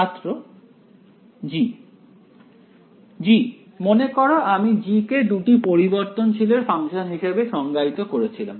ছাত্র g g মনে করো আমি g কে দুটি পরিবর্তনশীল এর ফাংশন হিসেবে সংজ্ঞায়িত করেছিলাম